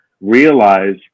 realize